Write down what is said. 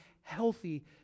healthy